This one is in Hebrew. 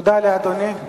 תודה לאדוני.